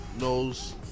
knows